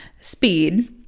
speed